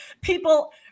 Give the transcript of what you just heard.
people